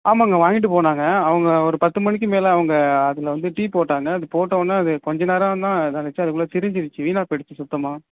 ஆமாங்க வாங்கிட்டு போனாங்கள் அவங்க ஒரு பத்து மணிக்கு மேலே அவங்க அதில் வந்து டீ போட்டாங்க அது போட்டோனே அது கொஞ்சம் நேரம்தான் இதானுச்சு அதுக்குள்ளே திரிஞ்சிடுச்சி வீணாப்போயிடுச்சு சுத்தமாக